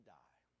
die